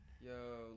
Yo